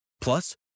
Plus